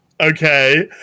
okay